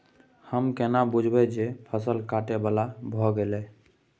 हम केना बुझब जे फसल काटय बला भ गेल?